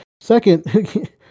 Second